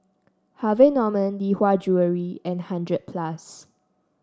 Harvey Norman Lee Hwa Jewellery and hundred plus